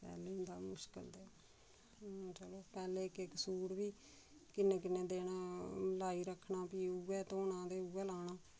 पैह्ले होंदा हा मुश्कल ते चलो पैह्ले इक इक सूट बी किन्ने किन्ने दिन लाई रक्खना फ्ही उ'ऐ धोना ते उऐ लाना